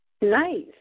Nice